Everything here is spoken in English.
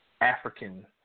African